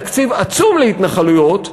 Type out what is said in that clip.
תקציב עצום להתנחלויות,